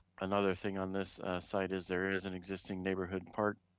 another thing on this site is there is an existing neighborhood park